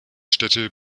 städte